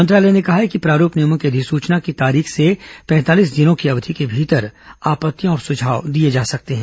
मंत्रालय ने कहा कि प्रारूप नियमों की अधिसूचना की तारीख से पैंतालीस दिन की अवधि के भीतर आपत्तियां और सुझाव दिए जा सकते हैं